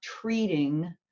treating